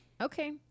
okay